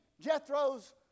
Jethro's